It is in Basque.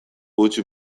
huts